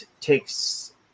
takes